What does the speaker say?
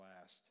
last